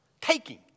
Taking